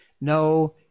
No